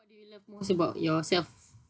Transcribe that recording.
what do you love most about yourself